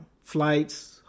Flights